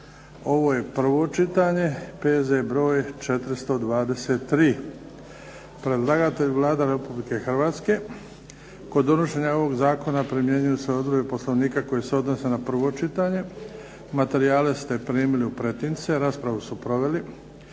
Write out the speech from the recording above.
prvo čitanje, P.Z. br. 423 Predlagatelj je Vlada Republike Hrvatske. Kod donošenja ovog zakona primjenjuju se odredbe Poslovnika koje se odnose na prvo čitanje. Materijale ste primili u pretince. Raspravu su proveli